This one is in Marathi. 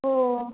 हो